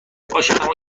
باشه، اما